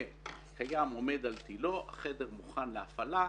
קיים ועומד על תילו והחדר מוכן להפעלה.